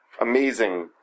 amazing